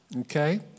Okay